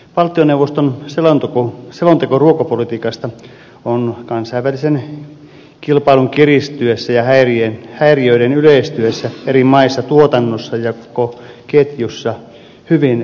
valtioneuvoston selonteko ruokapolitiikasta on kansainvälisen kilpailun kiristyessä ja häiriöiden yleistyessä eri maissa tuotannossa ja koko ketjussa hyvin paikallaan